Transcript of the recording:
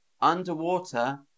underwater